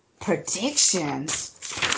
Predictions